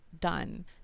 done